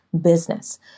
business